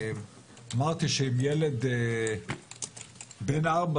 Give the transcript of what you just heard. אמרתי שאם ילד בן 4,